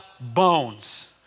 bones